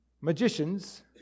magicians